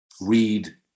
read